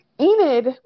Enid